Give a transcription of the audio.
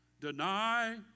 deny